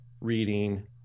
reading